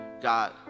God